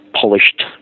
polished